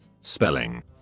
Spelling